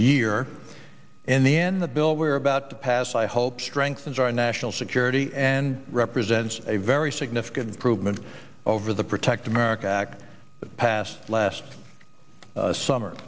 year in the end the bill we're about to pass i hope strengthens our national security and represents a very significant improvement over the protect america act passed last summer